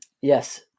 Yes